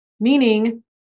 Meaning